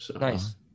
Nice